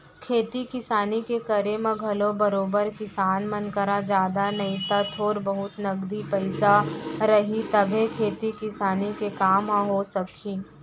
खेती किसानी के करे म घलौ बरोबर किसान मन करा जादा नई त थोर बहुत नगदी पइसा रही तभे खेती किसानी के काम ह हो सकही